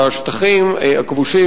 בשטחים הכבושים,